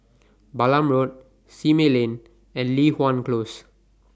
Balam Road Simei Lane and Li Hwan Close